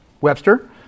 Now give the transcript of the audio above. Webster